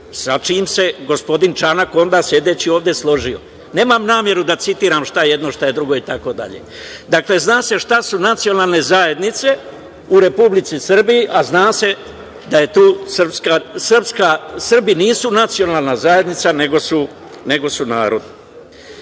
sa čime se onda gospodin Čanka, sedeći ovde, složio. Nemam nameru da citiram šta je jedno, šta je drugo i tako dalje. Dakle, zna se šta su nacionalne zajednice u Republici Srbiji, a zna se da tu Srbi nisu nacionalna zajednica, nego su narod. Drugo,